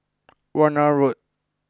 Warna Road